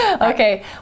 Okay